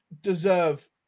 deserve